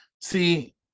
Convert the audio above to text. see